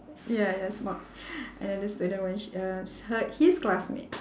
ya ya and then this later when she uh her his classmate